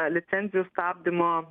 licencijų stabdymo